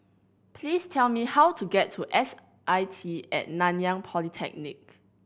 please tell me how to get to S I T At Nanyang Polytechnic